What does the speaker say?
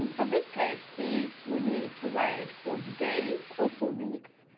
and for this case, he would need to wait for days or for weeks.